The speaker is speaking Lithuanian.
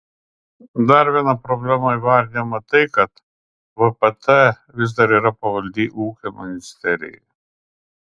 dar viena problema įvardijama tai kad vpt vis dar yra pavaldi ūkio ministerijai